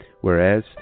whereas